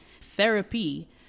Therapy